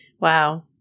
Wow